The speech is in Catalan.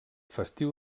festiu